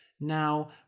Now